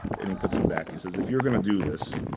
and he puts them back. he says, if you're going to do this,